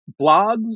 blogs